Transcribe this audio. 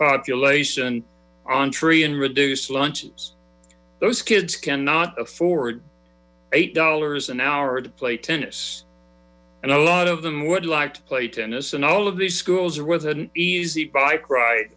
population on free and reduced lunches those kids cannot afford eight dollars an hour to play tennis and a lot of them would like to play tennis and all of these schools are with an easy bike ride